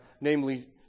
namely